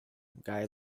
guy